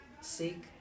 seek